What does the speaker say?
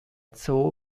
zoo